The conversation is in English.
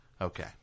Okay